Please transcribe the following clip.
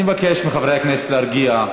אני מבקש מחברי הכנסת להרגיע,